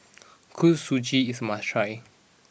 Kuih Suji is must try